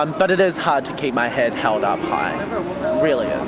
um but it is hard to keep my head held up high, it really is.